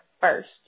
first